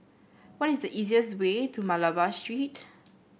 what is the easiest way to Malabar Street